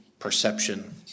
Perception